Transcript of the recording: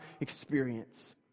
experience